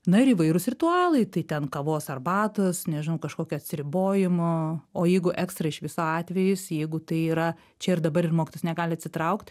na ir įvairūs ritualai tai ten kavos arbatos nežinau kažkokio atsiribojimo o jeigu ekstra iš viso atvejis jeigu tai yra čia ir dabar ir mokytojas negali atsitraukt